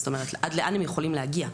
זאת אומרת, עד לאן הם יכולים להגיע.